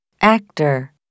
Actor